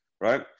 Right